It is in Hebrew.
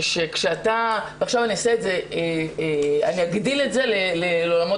הוא ועכשיו אני אגדיל את זה לעולמות